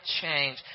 change